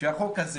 שהחוק הזה